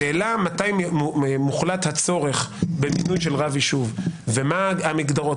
השאלה מתי מוחלט הצורך במינוי של רב יישוב ומה המגדרות,